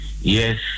Yes